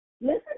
Listen